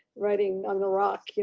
writing on the rock,